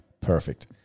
Perfect